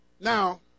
Now